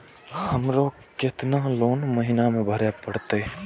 हमरो केतना लोन महीना में भरे परतें?